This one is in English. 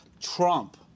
Trump